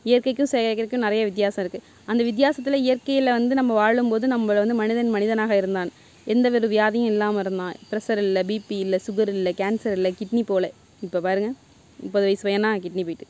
இயற்கைக்கும் செயற்கைக்கும் நிறைய வித்தியாசம் இருக்குது அந்த வித்தியாசத்தில் இயற்கையில் வந்து நம்ம வாழும்போது நம்மளை வந்து மனிதன் மனிதனாக இருந்தான் எந்த வித வியாதியும் இல்லாமல் இருந்தான் ப்ரஸர் இல்லை பிபி இல்லை சுகர் இல்லை கேன்சர் இல்லை கிட்னி போகல இப்போ பாருங்கள் முப்பது வயது பையனா கிட்னி போய்ட்டு